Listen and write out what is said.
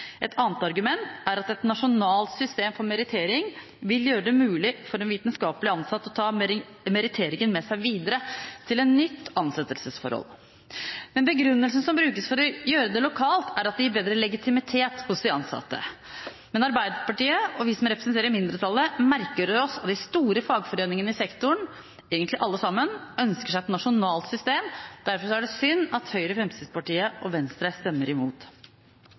Et annet argument er at et nasjonalt system for merittering vil gjøre det mulig for en vitenskapelig ansatt å ta meritteringen med seg videre til et nytt ansettelsesforhold. Men begrunnelsen som brukes for å gjøre det lokalt, er at det gir bedre legitimitet hos de ansatte. Men Arbeiderpartiet og vi som representerer mindretallet, merker oss at de store fagforeningene i sektoren – egentlig alle sammen – ønsker seg et nasjonalt system. Derfor er det synd at Høyre, Fremskrittspartiet og Venstre stemmer imot